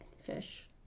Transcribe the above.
fish